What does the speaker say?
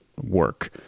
work